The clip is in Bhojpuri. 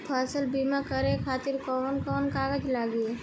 फसल बीमा करे खातिर कवन कवन कागज लागी?